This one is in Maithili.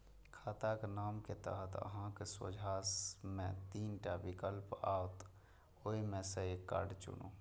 खाताक नाम के तहत अहांक सोझां मे तीन टा विकल्प आओत, ओइ मे सं कार्ड चुनू